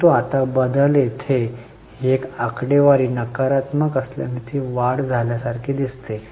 परंतु आता बदल येथे ही आकडेवारी नकारात्मक असल्याने ती वाढ झाल्यासारखे दिसते